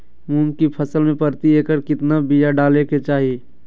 मूंग की फसल में प्रति एकड़ कितना बिया डाले के चाही?